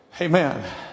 amen